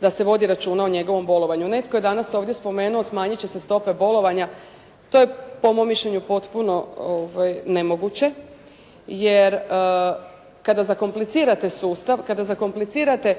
da se vodi računa o njegovom bolovanju. Netko je danas ovdje spomenuo, smanjit će se stope bolovanja, to je po mom mišljenju potpuno nemoguće jer kada zakomplicirate sustav, kada zakomplicirate